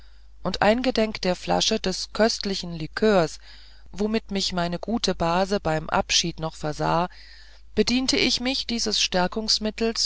und eingedenk der flasche des trefflichen likörs womit mich meine gute base beim abschied noch versah bediente ich mich dieses stärkungsmittels